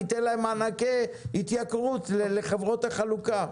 ניתן להם מענקי התייקרות, לחברות החלוקה.